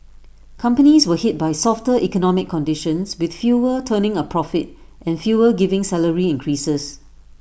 companies were hit by softer economic conditions with fewer turning A profit and fewer giving salary increases